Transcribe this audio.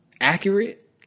accurate